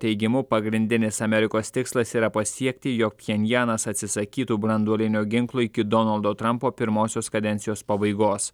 teigimu pagrindinis amerikos tikslas yra pasiekti jog pchenjanas atsisakytų branduolinio ginklo iki donaldo trampo pirmosios kadencijos pabaigos